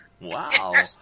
Wow